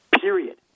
period